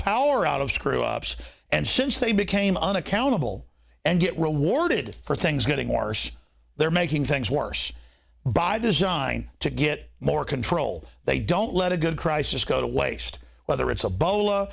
power out of screw ups and since they became unaccountable and get rewarded for things getting worse they're making things worse by design to get more control they don't let a good crisis go to waste whether it's a bol